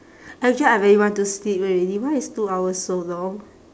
actually I really want to sleep already why is two hours so long